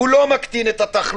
הוא לא מקטין את התחלואה,